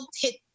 hit